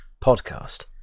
podcast